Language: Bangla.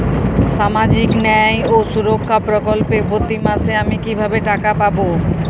সামাজিক ন্যায় ও সুরক্ষা প্রকল্পে প্রতি মাসে আমি কিভাবে টাকা পাবো?